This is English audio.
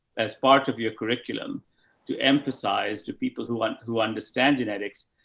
as part of your curriculum to emphasize to people who aren't, who understand genetics.